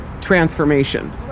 transformation